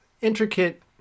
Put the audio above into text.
intricate